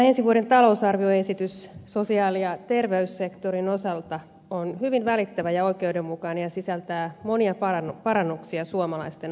ensi vuoden talousarvioesitys sosiaali ja terveyssektorin osalta on hyvin välittävä ja oikeudenmukainen ja sisältää monia parannuksia suomalaisten arkeen